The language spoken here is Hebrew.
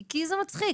כי זה מצחיק.